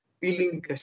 feeling